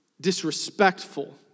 disrespectful